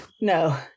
no